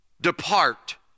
depart